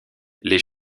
les